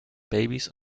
babys